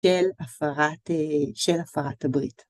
של הפרת, של הפרת הברית.